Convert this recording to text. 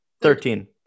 Thirteen